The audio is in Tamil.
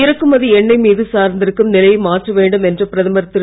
இறக்குமதி எண்ணெய் மீது சார்ந்திருக்கும் நிலையை மாற்ற வேண்டும் என்ற பிரதமர் திரு